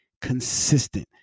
Consistent